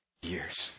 years